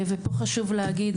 ופה חשוב להגיד,